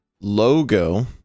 Logo